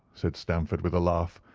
said stamford with a laugh.